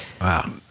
Wow